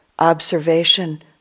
observation